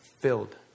filled